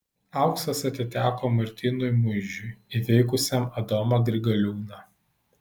auksas atiteko martynui muižiui įveikusiam adomą grigaliūną